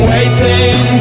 Waiting